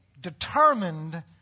determined